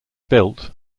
built